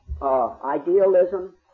Idealism